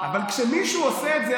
אבל כשמישהו עושה את זה,